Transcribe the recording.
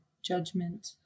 judgment